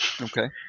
Okay